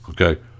okay